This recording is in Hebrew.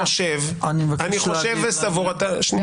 אני חושב וסבור --- אני רוצה להגיב.